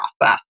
process